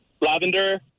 Lavender